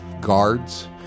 guards